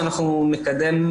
ברגע שאנחנו נקדם,